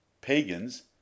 Pagans